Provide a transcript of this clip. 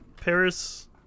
Paris